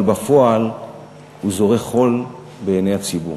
אבל בפועל הוא זורה חול בעיני הציבור.